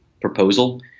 proposal